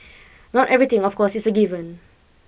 not everything of course is a given